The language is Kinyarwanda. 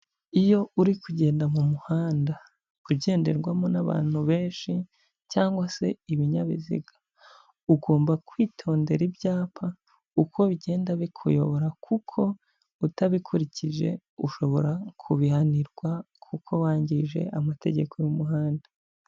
Iyo uri kugenda mu muhanda ugenderwamo n'abantu benshi, cyangwa se ibinyabiziga, ugomba kwitondera ibyapa uko bigenda bikuyobora, kuko utabikurikije ushobora kubihanirwa kuko wangije amategeko y'umuhanda.